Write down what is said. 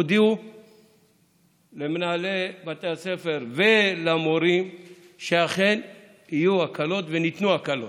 הודיע למנהלי בתי הספר ולמורים שיהיו הקלות וניתנו הקלות.